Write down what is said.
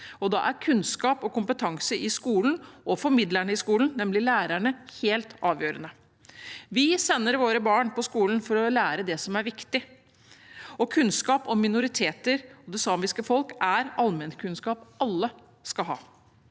Da er kunnskap og kompetanse i skolen og formidlerne i skolen, nemlig lærerne, helt avgjørende. Vi sender våre barn på skolen for å lære det som er viktig, og kunnskap om minoriteter og det samiske folk er allmennkunnskap alle skal ha.